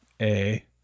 A-